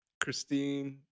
christine